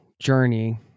journey